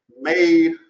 made